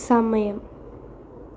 സമയം